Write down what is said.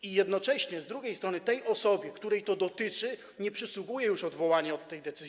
I jednocześnie, z drugiej strony, tej osobie, której to dotyczy, nie przysługuje już odwołanie od tej decyzji.